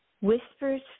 whispers